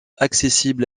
accessible